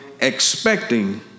expecting